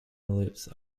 ellipse